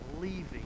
leaving